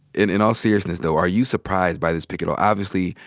in in all seriousness though, are you surprised by this pick at all? obviously,